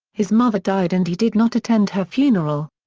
his mother died and he did not attend her funeral.